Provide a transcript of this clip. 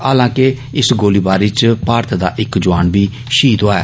हालांकि इस गोलीबारी इच भारत दा इक जौआन बी शहीद होआ ऐ